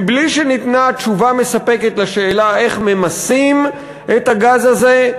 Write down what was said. בלי שניתנה תשובה מספקת על השאלה איך ממסים את הגז הזה,